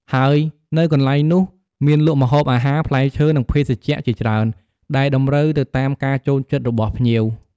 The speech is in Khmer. ហើយនៅកន្លែងនោះមានលក់ ម្ហូបអាហារ ផ្លែឈើ និងភេសជ្ជៈជាច្រើន ដែលតម្រូវទៅតាមការចូលចិត្តរបស់ភ្ញៀវ។